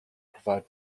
provide